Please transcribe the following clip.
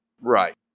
Right